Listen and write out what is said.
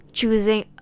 choosing